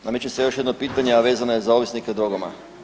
Nameće se još jedno pitanje, a vezano je za ovisnike o drogama.